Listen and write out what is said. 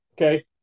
Okay